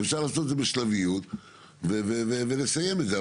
אפשר לעשות את זה בשלבים ולסיים את זה.